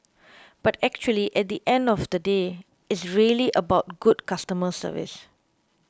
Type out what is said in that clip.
but actually at the end of the day it's really about good customer service